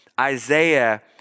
Isaiah